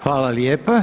Hvala lijepa.